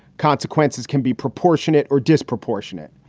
consequences can be proportionate or disproportionate.